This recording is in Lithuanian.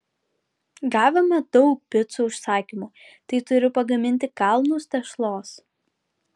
gavome daug picų užsakymų tai turiu pagaminti kalnus tešlos